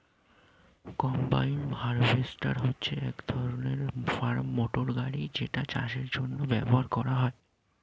combine harvester হচ্ছে এক ধরণের ফার্ম মোটর গাড়ি যেটা চাষের জন্য ব্যবহার হয়